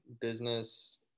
business